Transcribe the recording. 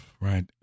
right